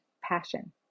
passion